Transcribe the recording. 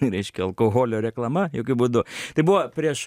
reiškia alkoholio reklama jokiu būdu tai buvo prieš